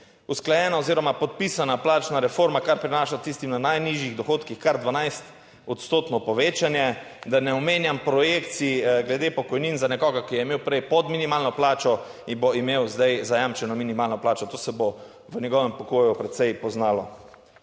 usklajena oziroma podpisana plačna reforma, kar prinaša tistim na najnižjih dohodkih kar 12 odstotno povečanje, da ne omenjam projekcij glede pokojnin za nekoga, ki je imel prej pod minimalno plačo in bo imel zdaj zajamčeno minimalno plačo. To se bo v njegovem pokoju precej poznalo.